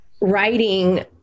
writing